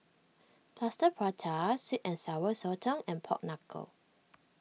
Plaster Prata Sweet and Sour Sotong and Pork Knuckle